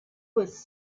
was